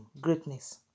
Greatness